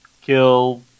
kill